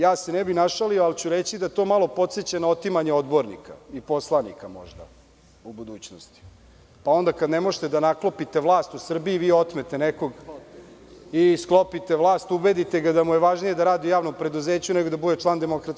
Ja se ne bih našalio, ali ću reći da to malo podseća na otimanje odbornika i poslanika možda, u budućnosti, pa onda kada ne možete da naklopite vlast u Srbiji, vi otmete nekog i sklopite vlast, ubedite ga da mu je važnije da radi u javnom preduzeću, nego da bude član DS.